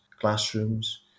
classrooms